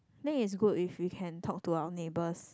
then it's good if we can talk to our neighbors